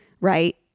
right